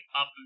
up